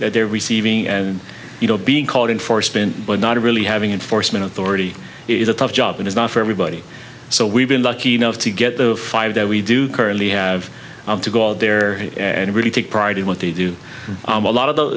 that they're receiving and you know being called in for a spin but not really having enforcement authority is a tough job it is not for everybody so we've been lucky enough to get the five that we do currently have to go out there and really take pride in what they do a lot of the